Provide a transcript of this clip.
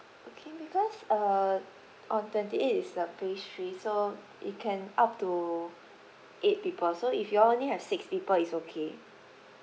okay because uh on twenty eight is a so it can up to eight people so if you all only have six people is okay